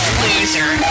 loser